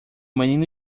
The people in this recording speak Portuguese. menino